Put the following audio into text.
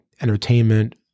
entertainment